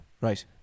right